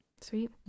sweet